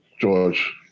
George